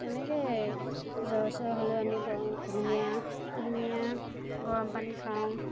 তেনেকৈ জ্বৰ চৰ হ'লেও আমি গৰম কুহুমীয়া কুহুমীয়া গৰম পানী খাওঁ